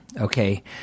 okay